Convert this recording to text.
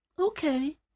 Okay